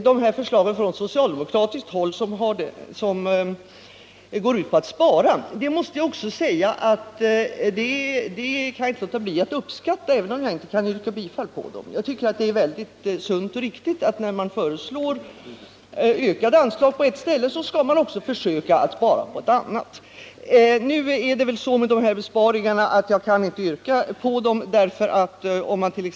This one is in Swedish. De socialdemokratiska förslag som går ut på att spara kan jag inte låta bli att uppskatta, även om jag inte kan yrka bifall till dem. Jag tycker att det är sunt och riktigt, när man föreslår ökade anslag på ett håll, att man då försöker spara på något annat. Nu kan jag emellertid inte yrka bifall till dessa besparingsförslag.